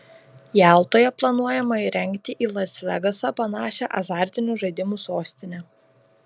jaltoje planuojama įrengti į las vegasą panašią azartinių žaidimų sostinę